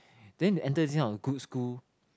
then they enter this kind of good school